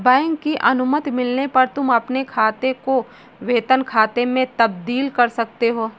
bank की अनुमति मिलने पर तुम अपने खाते को वेतन खाते में तब्दील कर सकते हो